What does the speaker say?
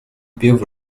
пів